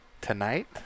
Tonight